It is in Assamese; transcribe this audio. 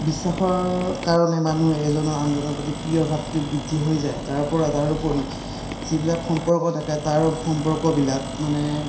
বিশ্বাসৰ কাৰণে মানুহে এজনৰ আনজনৰ প্ৰতি প্ৰিয় ভাৱটো বৃদ্ধি হৈ যায় তাৰপৰা তাৰোপৰি যিবিলাক সম্পৰ্ক থাকে তাৰ সম্পৰ্ক বিলাক মানে